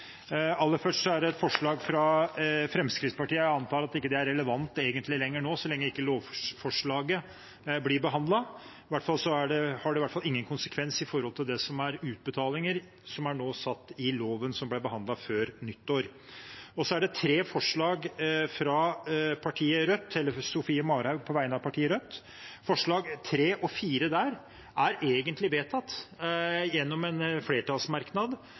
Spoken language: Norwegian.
Aller først er det et forslag fra Fremskrittspartiet. Jeg antar at det ikke egentlig er relevant lenger nå, så lenge ikke lovforslaget blir behandlet. I hvert fall har det ingen konsekvens med tanke på utbetalinger, som nå er fastsatt i loven som ble behandlet før nyttår. Så er det tre forslag fra Sofie Marhaug, på vegne av partiet Rødt. Forslagene nr. 3 og 4 der er egentlig vedtatt, og tydeliggjort gjennom en flertallsmerknad,